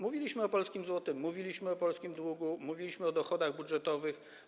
Mówiliśmy o polskim złotym, mówiliśmy o polskim długu, mówiliśmy o dochodach budżetowych.